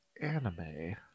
anime